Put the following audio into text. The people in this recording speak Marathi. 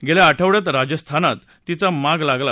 गेल्या आठवडयात राजस्थानात तिचा माग लागला